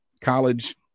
college